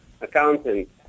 accountant